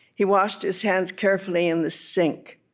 he washed his hands carefully in the sink.